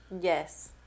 Yes